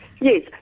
Yes